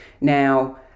Now